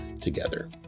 together